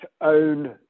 own